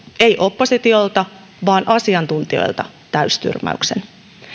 ei oppositiolta vaan asiantuntijoilta täystyrmäyksen